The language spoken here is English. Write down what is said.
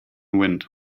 wind